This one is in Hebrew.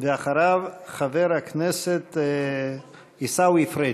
אחריו, חבר הכנסת עיסאווי פריג'.